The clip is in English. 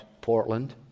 Portland